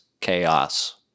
chaos